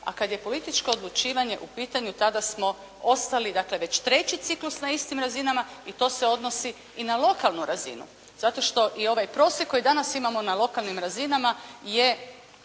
a kada je političko odlučivanje u pitanju tada smo ostali već treći ciklus na istim razinama i to se odnosi i na lokalnu razinu, zato što i ovaj prosjek koji danas imamo na lokalnim razinama je